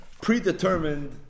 predetermined